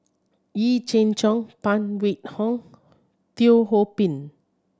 Yee Jenn Jong Phan Wait Hong Teo Ho Pin